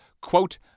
quote